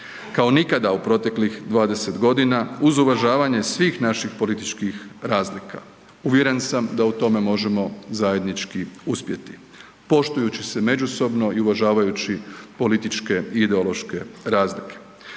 Kao nikada u proteklih 20 godina uz uvažanje svih naših političkih razlika, uvjeren sam da u tome možemo zajednički uspjeti, poštujući se međusobno i uvažavajući političke i ideološke razlike.